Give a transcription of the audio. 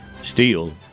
Steel